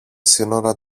σύνορα